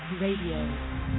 Radio